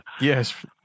Yes